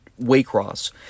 Waycross